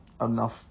enough